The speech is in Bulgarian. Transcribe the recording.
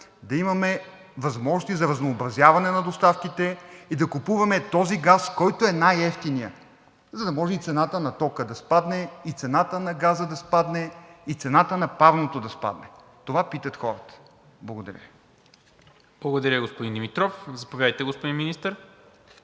да имаме възможности за разнообразяване на доставките и да купуваме този газ, който е най-евтиният, за да може и цената на тока да спадне, и цената на газа да спадне, и цената на парното да спадне? Това питат хората. Благодаря Ви. ПРЕДСЕДАТЕЛ НИКОЛА МИНЧЕВ: Благодаря, господин Димитров. Заповядайте, господин Министър.